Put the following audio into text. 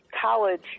college